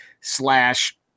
slash